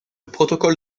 protocole